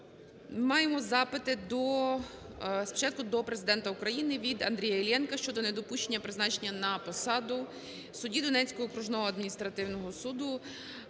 Маємо запити спочатку до Президента України від Андрія Іллєнка щодо недопущення призначення на посаду судді Донецького окружного адміністративного суду